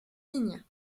signes